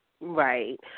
Right